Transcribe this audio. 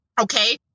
Okay